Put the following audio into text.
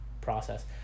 process